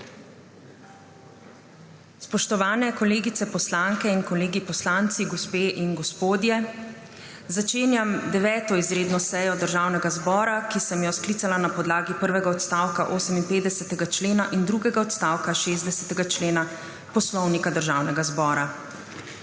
Spoštovani kolegice poslanke in kolegi poslanci, gospe in gospodje! Začenjam 9. izredno sejo Državnega zbora, ki sem jo sklicala na podlagi prvega odstavka 58. člena in drugega odstavka 60. člena Poslovnika Državnega zbora.